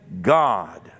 God